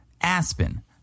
Aspen